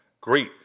great